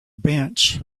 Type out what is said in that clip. bench